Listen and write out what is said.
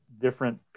different